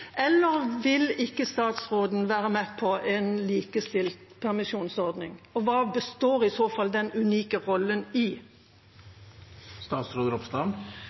eller vil ikke statsråden være med på en likestilt permisjonsordning? Og hva består i så fall den unike rollen i?